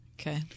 okay